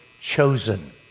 chosen